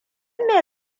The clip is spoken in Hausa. me